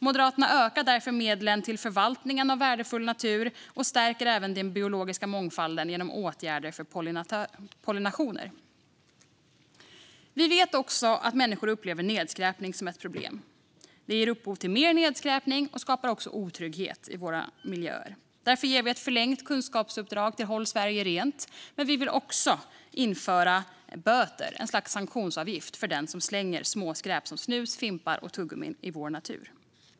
Moderaterna ökar därför medlen till förvaltningen av värdefull natur och stärker även den biologiska mångfalden genom åtgärder för pollinationer. Vi vet också att människor upplever nedskräpning som ett problem. Skräp ger upphov till mer nedskräpning och otrygghet. Därför ger vi ett förlängt kunskapsuppdrag till Håll Sverige rent, men vi vill också införa böter, ett slags sanktionsavgift, för den som slänger småskräp som snus, fimpar och tuggummin i vår natur.